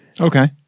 Okay